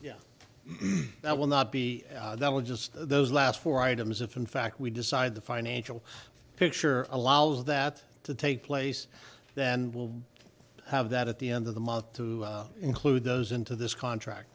yes that will not be that will just those last four items if in fact we decide the financial picture allows that to take place then we'll have that at the end of the month to include those into this contract